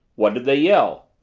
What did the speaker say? what did they yell?